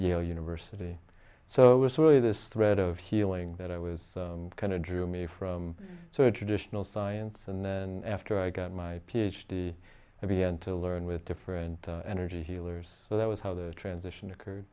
university so it was really this thread of healing that i was kind of drew me from so a traditional science and then after i got my ph d i began to learn with different energy healers so that was how the transition occurred